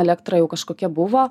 elektra jau kažkokia buvo